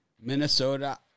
minnesota